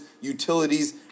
utilities